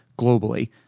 globally